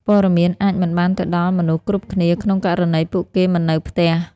ព័ត៌មានអាចមិនបានទៅដល់មនុស្សគ្រប់គ្នា ក្នុងករណីពួកគេមិននៅផ្ទះ។